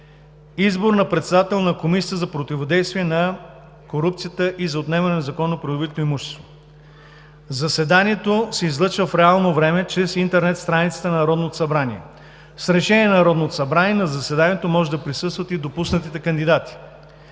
Избор на председател на Комисията за противодействие на корупцията и за отнемане на незаконно придобитото имущество 1. Заседанието се излъчва в реално време чрез интернет страницата на Народното събрание. С решение на Народното събрание на заседанието може да присъстват допуснатите кандидати.